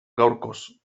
gaurkoz